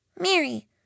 Mary